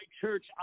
church